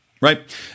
Right